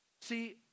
See